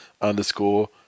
underscore